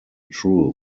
true